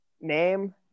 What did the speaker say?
Name